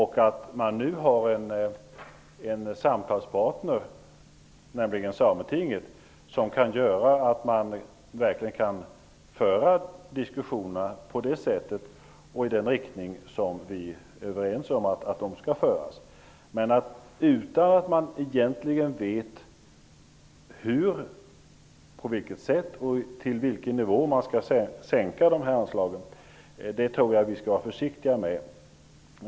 Nu har man ju en samtalspartner, nämligen sametinget, som kan göra att diskussionerna förs på det sättet och i den riktningen som vi är överens om att de skall föras. Jag tror att vi skall vara försiktiga när vi inte vet hur, på vilket sätt och till vilken nivå vi skall sänka dessa anslag.